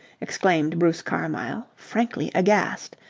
exclaimed bruce carmyle, frankly aghast.